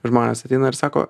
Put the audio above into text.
žmonės ateina ir sako